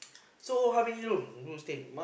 so how many room you stay